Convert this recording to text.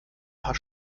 paar